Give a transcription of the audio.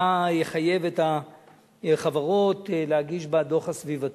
לחייב את החברות להגיש בדוח הסביבתי.